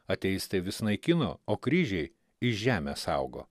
ateistai vis naikino o kryžiai iš žemės augo